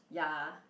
ya